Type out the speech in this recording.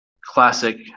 classic